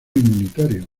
inmunitario